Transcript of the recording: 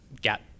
Gap